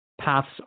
paths